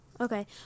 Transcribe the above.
Okay